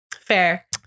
Fair